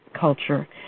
culture